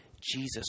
Jesus